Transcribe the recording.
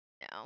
No